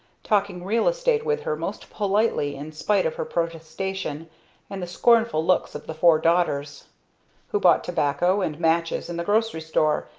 talking real estate with her most politely in spite of her protestation and the scornful looks of the four daughters who bought tobacco and matches in the grocery store,